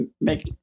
make